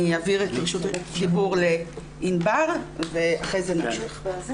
אני אעביר את רשות הדיבור לענבר ואחרי זה נמשיך.